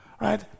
Right